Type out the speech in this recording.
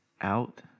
out